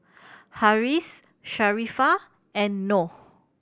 Harris Sharifah and Noh